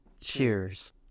Cheers